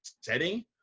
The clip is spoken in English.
setting